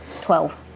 Twelve